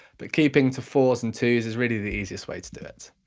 but keeping to fours and twos is really the easiest way to do it.